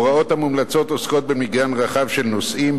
ההוראות המומלצות עוסקות במגוון רחב של נושאים,